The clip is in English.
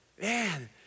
Man